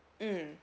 mm